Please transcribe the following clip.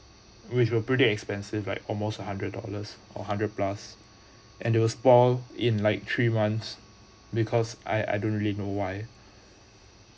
which were pretty expensive like almost a hundred dollars or hundred plus and it will spoil in like three months because I I don't really know why